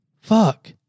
fuck